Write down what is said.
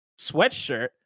sweatshirt